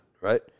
right